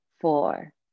four